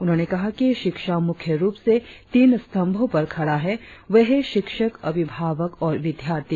उन्होंने कहा कि शिक्षा मुख्य रुप से तीन स्तंभो पर खड़ा है वे है शिक्षक अभिभावक और विद्यार्थी